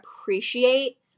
appreciate